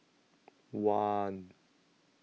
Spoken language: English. one